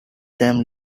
them